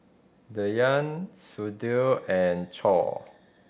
Dhyan Sudhir and Choor